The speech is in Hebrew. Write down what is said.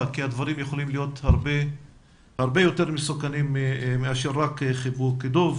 כי הדברים יכולים להיות הרבה יותר מסוכנים מאשר חיבוק דב.